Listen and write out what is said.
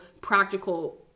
practical